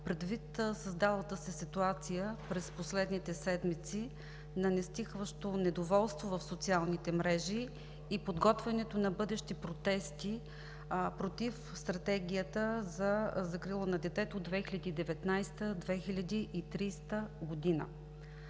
предвид създалата се ситуация през последните седмици на нестихващо недоволство в социалните мрежи и подготвянето на бъдещи протести против Стратегията за закрила на детето 2019 – 2030 г.